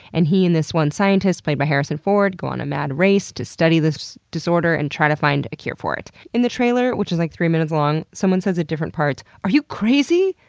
and he and this one scientist played by harrison ford, go on a mad race to study this disorder and try to find a cure for it. in the trailer, which is like three minutes long, someone says, at different parts, are you crazy?